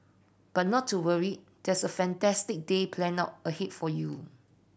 but not to worry there's a fantastic day planned out ahead for you